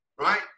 right